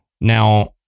Now